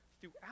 throughout